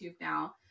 now